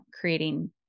creating